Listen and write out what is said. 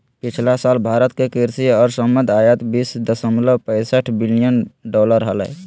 पिछला साल भारत के कृषि और संबद्ध आयात बीस दशमलव पैसठ बिलियन डॉलर हलय